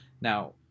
now